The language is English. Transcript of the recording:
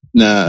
na